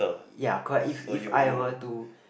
ya correct if if I were to